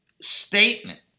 statement